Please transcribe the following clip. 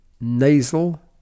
Nasal